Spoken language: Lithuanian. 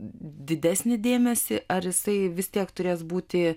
didesnį dėmesį ar jisai vis tiek turės būti